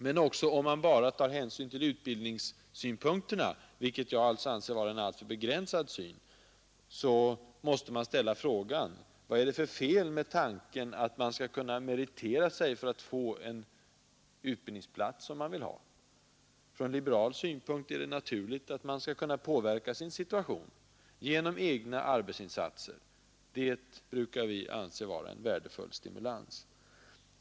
Men också om man bara tar hänsyn till utbildningssynpunkterna — vilket jag alltså anser vara en alltför begränsad syn — måste frågan ställas vad det är för fel på tanken att man skall kunna meritera sig för att få en utbildningsplats som man vill ha. Från liberal synpunkt är det naturligt att man skall kunna påverka sin situation genom egna arbetsinsatser. Det brukar vi anse vara en värdefull stimulans.